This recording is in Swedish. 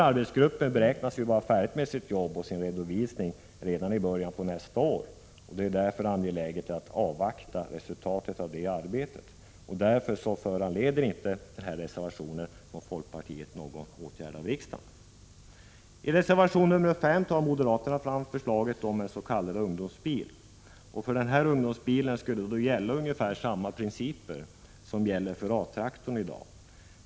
Arbetsgruppen beräknar vara klar med sitt arbete och sin redovisning redan i början av nästa år. Eftersom det är angeläget att avvakta resultatet, bör inte folkpartiets reservation föranleda någon åtgärd från riksdagens sida. I reservation 5 tar moderaterna upp förslaget om en s.k. ungdomsbil. För ungdomsbilen skulle det gälla ungefär samma principer som de som gäller för A-traktorn i dag.